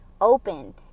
open